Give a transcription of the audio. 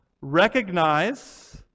Recognize